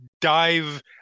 dive